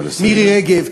מירי רגב,